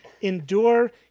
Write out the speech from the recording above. endure